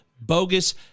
bogus